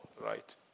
right